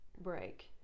break